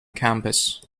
campus